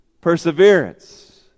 perseverance